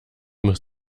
muss